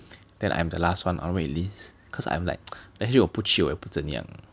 then I'm the last one on wait list cause I'm like actually 我不去也不怎样